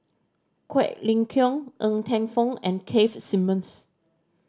Quek Ling Kiong Ng Teng Fong and Keith Simmons